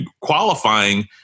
qualifying